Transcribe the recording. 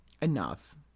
Enough